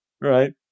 right